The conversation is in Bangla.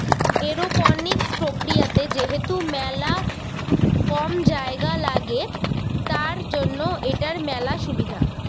এরওপনিক্স প্রক্রিয়াতে যেহেতু মেলা কম জায়গা লাগে, তার জন্য এটার মেলা সুবিধা